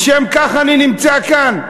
לשם כך אני נמצא כאן,